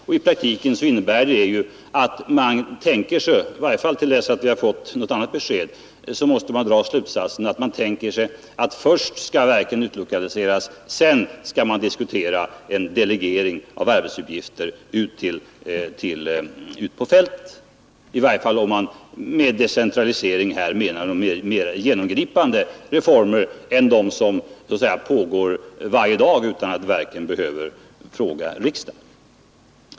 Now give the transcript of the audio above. Av detta måste jag dra slutsatsen, i varje fall tills vi har fått ett annat besked, att man har tänkt sig att verken först skall utlokaliseras, först därefter skall man diskutera en delegering av arbetsuppgifter ut på fältet. Jag tänker då på en decentralisering av mera genomgripande omfattning, inte de organisationsförändringar som görs av och till och utan att verken frågar riksdagen.